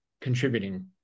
contributing